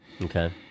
Okay